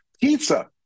Pizza